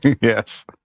Yes